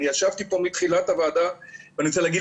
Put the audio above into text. אני ישבתי פה מתחילת הוועדה ואני רוצה להגיד